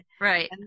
right